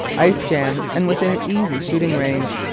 ice-jammed and within easy shooting range.